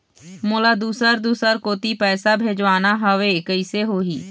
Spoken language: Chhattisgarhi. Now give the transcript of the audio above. मोला दुसर दूसर कोती पैसा भेजवाना हवे, कइसे होही?